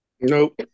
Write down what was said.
Nope